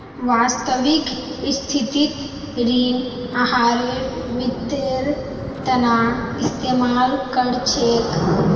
वास्तविक स्थितित ऋण आहारेर वित्तेर तना इस्तेमाल कर छेक